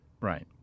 Right